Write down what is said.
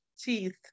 teeth